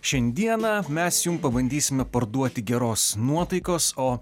šiandieną mes jum pabandysime parduoti geros nuotaikos o